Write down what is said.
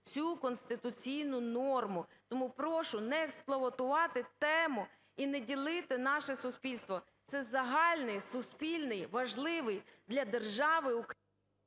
цю конституційну норму. Тому прошу не експлуатувати тему і не ділити наше суспільство, це загальний, суспільний, важливий для держави…